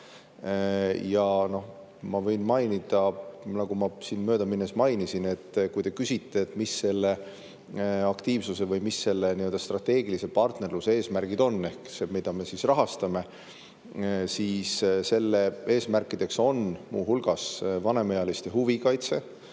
Ma võin mainida, ma siin möödaminnes mainisin, et kui te küsite, mis selle aktiivsuse või nii-öelda strateegilise partnerluse eesmärgid on ehk see, mida me rahastame, siis selle eesmärkideks on muu hulgas vanemaealiste huvikaitse,